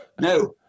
No